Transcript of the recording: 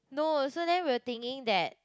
no so then we were thinking that